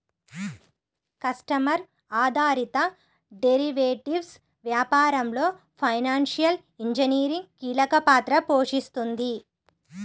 customer ఆధారిత derivatives వ్యాపారంలో financial engineering కీలక పాత్ర పోషిస్తుంది